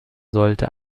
sollte